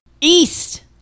east